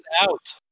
out